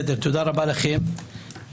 תודה רבה לכם